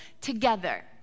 together